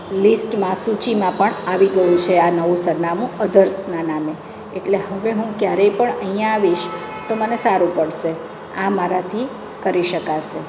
લિસ્ટમાં સૂચિમાં પણ આવી ગયું છે આ નવું સરનામું અધર્સના નામે એટલે હું ક્યારેય પણ અહીંયાં આવીશ તો મને સારું પડશે આ મારાથી કરી શકાશે